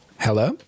Hello